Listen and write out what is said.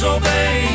obey